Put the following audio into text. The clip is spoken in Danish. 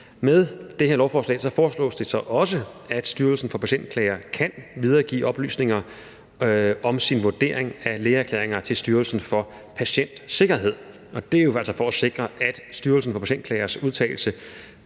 Med det her lovforslag foreslås det så også, at Styrelsen for Patientklager kan videregive oplysninger om sin vurdering af lægeerklæringer til Styrelsen for Patientsikkerhed, og det er jo altså for at sikre, at Styrelsen for Patientklagers udtalelse